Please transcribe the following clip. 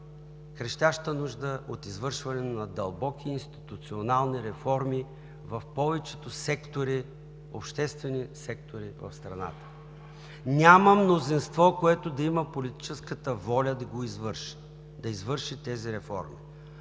крещяща нужда от извършване на дълбоки институционални реформи в повечето обществени сектори в страната. Няма мнозинство, което да има политическата воля да извърши тези реформи.